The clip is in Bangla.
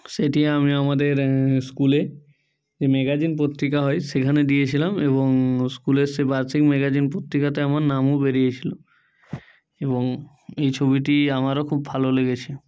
সেটি আমি আমাদের স্কুলে যে ম্যাগাজিন পত্রিকা হয় সেখানে দিয়েছিলাম এবং স্কুলের সে বার্ষিক ম্যাগাজিন পত্রিকাতে আমার নামও বেরিয়েছিল এবং এই ছবিটি আমারও খুব ভালো লেগেছে